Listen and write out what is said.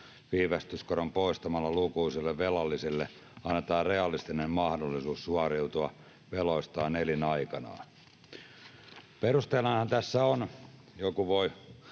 Viivästyskorko poistamalla lukuisille velallisille annetaan realistinen mahdollisuus suoriutua veloistaan elinaikanaan. Perusteenahan tässä on — joku voi